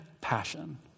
passion